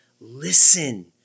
Listen